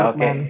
Okay